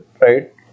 right